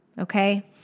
Okay